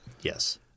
Yes